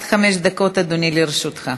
עד חמש דקות, אדוני, לרשותך.